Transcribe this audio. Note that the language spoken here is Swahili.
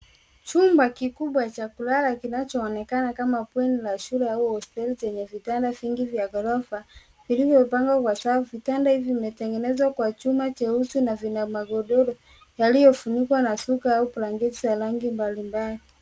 Chumva kikubwa cha kulala kinachoonekana kama bweni la shule au hosteli chenye vyumba vingi vya ghorofa zilizopangwa kwa safu. Vitanda hivi vimetengenezwa kwa chuma cheusi na kina magodoro yaliyofunikwa na shuka au blanketi la rangi mbalimbali.